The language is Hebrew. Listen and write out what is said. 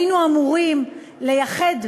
היינו אמורים לייחד,